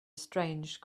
strange